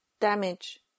damage